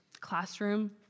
classroom